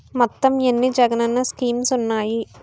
మొత్తం ఎన్ని జగనన్న స్కీమ్స్ ఉన్నాయి?